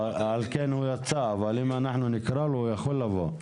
הוא יצא אבל אם נקרא לו, הוא יכול לבוא.